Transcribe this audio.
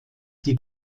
die